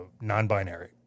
non-binary